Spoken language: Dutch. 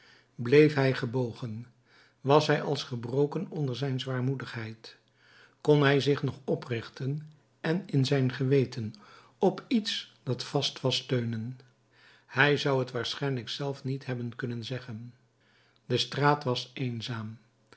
bleef hij gebogen was hij als gebroken onder zijn zwaarmoedigheid kon hij zich nog oprichten en in zijn geweten op iets dat vast was steunen hij zou het waarschijnlijk zelf niet hebben kunnen zeggen de straat was eenzaam